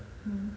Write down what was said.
mm